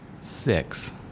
six